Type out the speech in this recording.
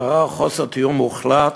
שרר חוסר תיאום מוחלט